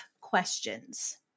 questions